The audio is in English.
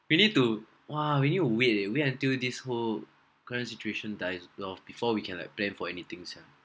we need to !wah! we need to wait eh wait until this whole current situation dies loh before we can like plan for anything sia